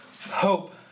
hope